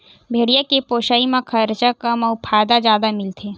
भेड़िया के पोसई म खरचा कम अउ फायदा जादा मिलथे